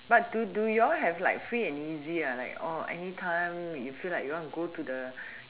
but do do you all have like free and easy like oh anytime you free like you want go to the